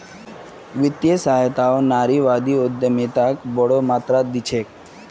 वित्तीय सहायताओ नारीवादी उद्यमिताक बोरो मात्रात दी छेक